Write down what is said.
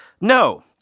no